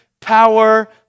power